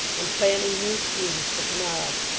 and planning new schemes for to-morrow.